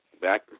back